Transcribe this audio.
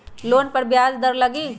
Loan पर ब्याज दर लगी?